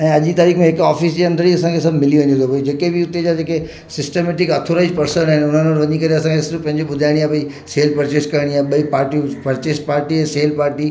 ऐं अॼु जी तारीख़ में हिकु ऑफिस जे अंदरि ई असांखे सभु मिली वञे थो भई जेके बि उते जा जेके सिस्टमैटिक आहे ऑथोराइस्ड पर्सन आहिनि उन्हनि वटि वञी करे असांखे सिर्फ़ु पंहिंजी ॿुधाइणी आहे भई सेल पर्चेज करिणी आहे ॿई पार्टियूं पर्चेस्ड पार्टी सेल पार्टी